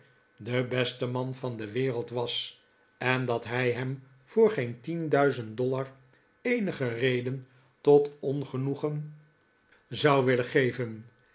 de beste man van de wereld was en dat hij hem voor geen tien duizend dollars eenige reden tot ongenoegen zou willen geven